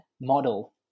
model